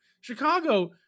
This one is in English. Chicago